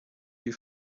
you